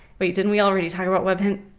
wait didn't we already talked about webhint?